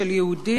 רבנים,